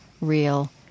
real